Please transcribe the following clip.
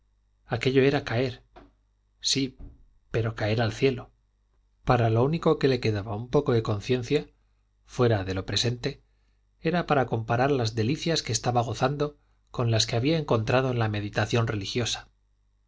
aquello era caer sí pero caer al cielo para lo único que le quedaba un poco de conciencia fuera de lo presente era para comparar las delicias que estaba gozando con las que había encontrado en la meditación religiosa